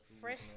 Fresh